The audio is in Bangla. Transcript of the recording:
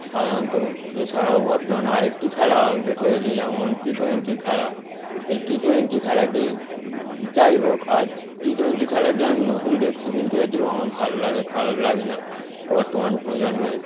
সাধারণত এছাড়াও বর্তমানে আর একটি খেলা আপডেট হয়েছে যেমন টি টোয়েন্টি খেলা এই টি টোয়েন্টি খেলাটি যাই হোক আর টি টোয়েন্টি খেলাটি আমি নতুন দেখছি কিন্তু এটিও আমার ভালো লাগে খারাপ লাগে না বর্তমান প্রজন্মের